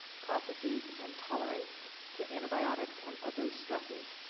processes and tolerance to antibiotics and other stresses.